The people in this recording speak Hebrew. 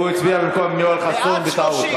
הוא הצביע במקום יואל חסון בטעות.